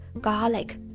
garlic